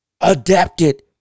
adapted